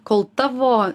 kol tavo